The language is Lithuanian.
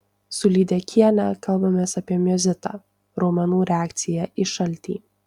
su lydekiene kalbamės apie miozitą raumenų reakciją į šaltį